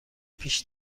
پیش